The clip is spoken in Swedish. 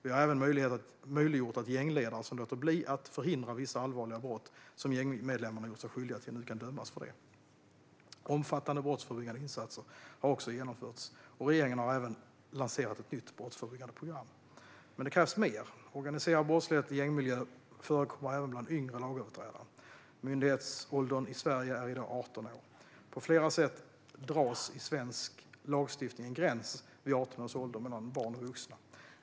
Vi har även möjliggjort att gängledare som låter bli att förhindra vissa allvarliga brott som gängmedlemmarna gjort sig skyldiga till nu kan dömas för det. Omfattande brottsförebyggande insatser har också genomförts, och regeringen har även lanserat ett nytt brottsförebyggande program. Men det krävs mer. Organiserad brottslighet i gängmiljö förekommer även bland yngre lagöverträdare. Myndighetsåldern i Sverige är i dag 18 år. På flera sätt dras i svensk lagstiftning en gräns vid 18 års ålder mellan barn och vuxna.